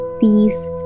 peace